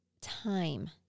time